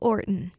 Orton